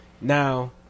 Now